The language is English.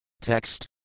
text